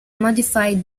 modified